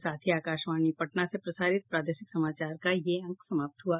इसके साथ ही आकाशवाणी पटना से प्रसारित प्रादेशिक समाचार का ये अंक समाप्त हुआ